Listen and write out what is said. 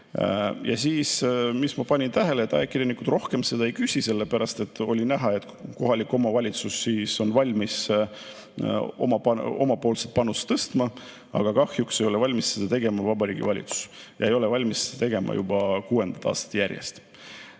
jaanuarist 2023. Ma panin tähele, et ajakirjanikud rohkem seda ei küsi, sellepärast et on näha, et kohalik omavalitsus on valmis oma panust tõstma. Aga kahjuks ei ole valmis seda tegema Vabariigi Valitsus, ja ei ole valmis seda tegema juba kuuendat aastat järjest.